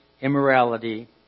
immorality